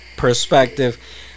perspective